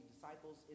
disciples